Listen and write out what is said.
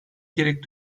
gerek